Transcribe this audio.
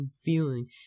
feeling